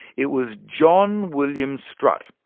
it was john william strutt,